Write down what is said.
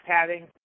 padding